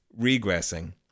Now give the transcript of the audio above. regressing